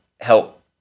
help